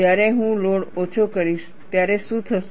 અને જ્યારે હું લોડ ઓછો કરીશ ત્યારે શું થશે